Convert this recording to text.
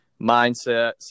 mindsets